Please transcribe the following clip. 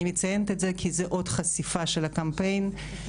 אני מציינת את זה כי זה עוד חשיפה של הקמפיין ובאמת